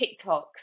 tiktoks